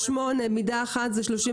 מידה אחת זה 38